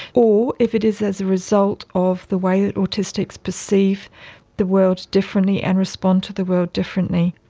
or if it is as a result of the way that autistics perceive the world differently and respond to the world differently.